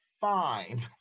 fine